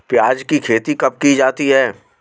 प्याज़ की खेती कब की जाती है?